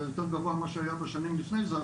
זה יותר גבוה ממה שהיה בשנים לפני זה,